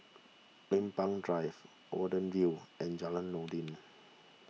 Lempeng Drive Watten View and Jalan Noordin